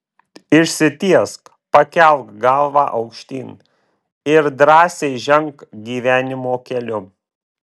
išsitiesk pakelk galvą aukštyn ir drąsiai ženk gyvenimo keliu